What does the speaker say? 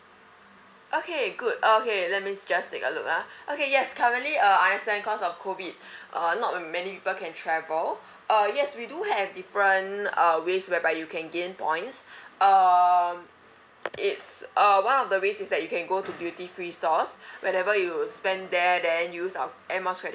okay good uh okay let me just take a look ah okay yes currently uh understand cause of COVID uh not many people can travel uh yes we do have different uh ways whereby you can gain points um it's uh one of the ways is that you can go to duty free stores whenever you spend there then use our air miles credit